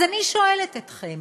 אז אני שואלת אתכם: